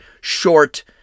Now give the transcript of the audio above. short